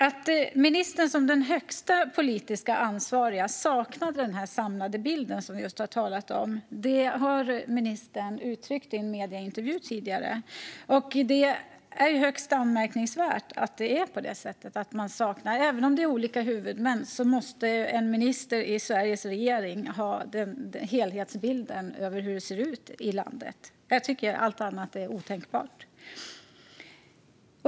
Att ministern, som den politiskt högst ansvariga, saknade denna samlade bild som vi just har talat om har hon tidigare uttryckt i en intervju i medierna. Det är högst anmärkningsvärt att det är på det sättet. Även om det är olika huvudmän måste en minister i Sveriges regering ha helhetsbilden av hur det ser ut i landet. Jag tycker att allt annat är otänkbart.